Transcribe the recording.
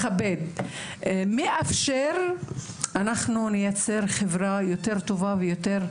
מכבד ומאפשר נייצר חברה טובה יותר,